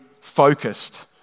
focused